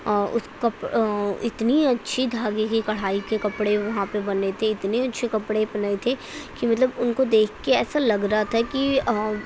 اس کپ اتنی اچھی دھاگے کی کڑھائی کے کپڑے وہاں پہ بنے تھے اتنے اچھے کپڑے بنے تھے کہ مطلب ان کو دیکھ کے ایسا لگ رہا تھا کہ